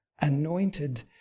anointed